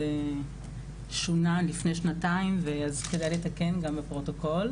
זה שונה לפני שנתיים אז כדאי לתקן גם בפרוטוקול.